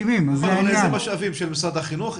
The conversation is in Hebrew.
אלה משאבים של משרד החינוך?